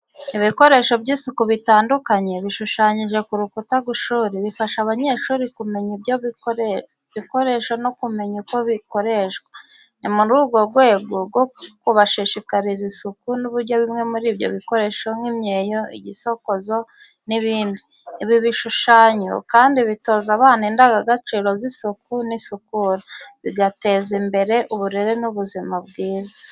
Ibikoresho by’isuku bitandukanye bishushanyije ku rukuta rw’ishuri bifasha abanyeshuri kumenya ibyo bikoresho no kumenya uko bikoreshwa. Ni mu rwego rwo kubashishikariza isuku n'uburyo bimwe muri byo bikoreshwa nk’imyeyo, igisokozo n’ibindi. Ibi bishushanyo kandi bitoza abana indangagaciro z’isuku n’isukura, bigateza imbere uburere n’ubuzima bwiza.